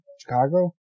Chicago